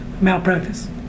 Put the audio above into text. malpractice